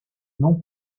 non